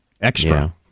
Extra